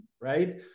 right